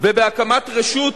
ובהקמת רשות